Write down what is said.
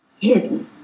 hidden